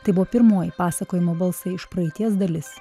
tai buvo pirmoji pasakojimo balsai iš praeities dalis